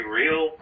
real